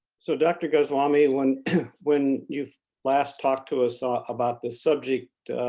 so, dr. goswami, when when you last talked to us ah about the subject